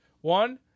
One